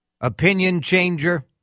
opinion-changer